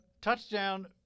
touchdown